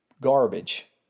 garbage